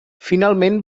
finalment